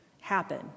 happen